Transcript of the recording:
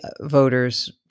voters